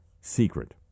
secret